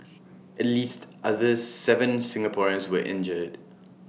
at least other Seven Singaporeans were injured